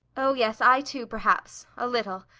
oh yes, i too, perhaps a little.